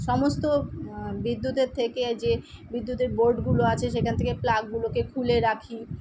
সমস্ত বিদ্যুতের থেকে যে বিদ্যুতের বোর্ডগুলো আছে সেখান থেকে প্লাগগুলোকে খুলে রাখি